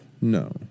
no